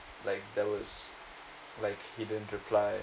like there was like he didn't reply